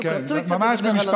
בדיוק, רצוי קצת לדבר על הנושא.